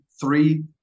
three